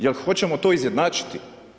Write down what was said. Jel hoćemo to izjednačiti?